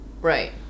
right